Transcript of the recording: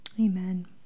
Amen